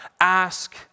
ask